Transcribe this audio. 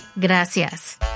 Gracias